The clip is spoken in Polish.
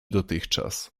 dotychczas